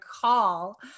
call